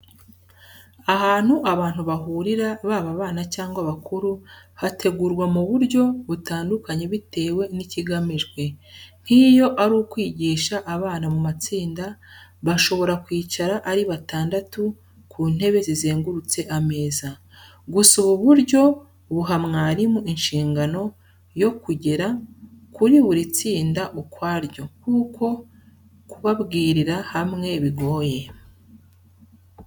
Ahantu abantu bahurira baba abana cyangwa abakuru, hategurwa mu buryo butandukanye bitewe n'ikigamijwe; nk'iyo ari ukwigisha abana mu matsinda, bashobora kwicara ari batandatu ku ntebe zizengurutse ameza; gusa ubu buryo buha mwarimu ishingano yo kugera kuri buri tsinda ukwaryo, kuko kubabwirira hamwe bigoye.